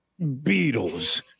Beatles